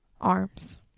arms